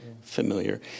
familiar